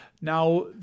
Now